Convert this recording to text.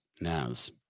Naz